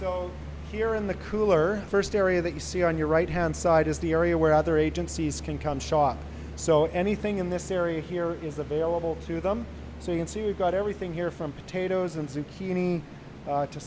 so here in the cooler first area that you see on your right hand side is the area where other agencies can count shot so anything in this area here is available to them so you can see we've got everything here from potatoes and